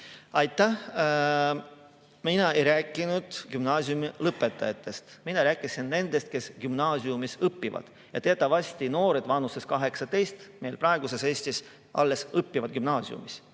Aitäh! Mina ei rääkinud gümnaasiumilõpetajatest, mina rääkisin nendest, kes gümnaasiumis õpivad. Teatavasti noored vanuses 18 meil praeguses Eestis alles õpivad gümnaasiumis.